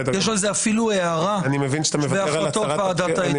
יש על זה אפילו הערה בהחלטות ועדת האתיקה.